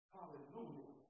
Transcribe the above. Hallelujah